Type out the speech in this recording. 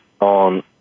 on